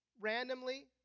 randomly